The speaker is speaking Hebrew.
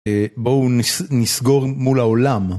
בואו נסגור מול העולם